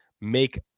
make